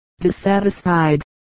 dissatisfied